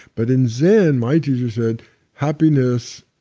but in zen, my teacher said happiness,